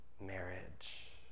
marriage